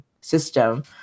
system